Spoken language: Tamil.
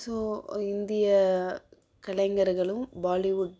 ஸோ இந்திய கலைஞர்களும் பாலிவுட்